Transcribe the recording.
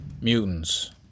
Mutants